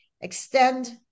extend